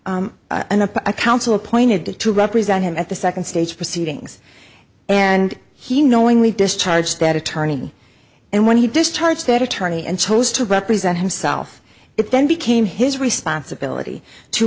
appeal a counsel appointed to represent him at the second stage proceedings and he knowingly discharged that attorney and when he discharge state attorney and chose to represent himself it then became his responsibility to